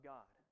God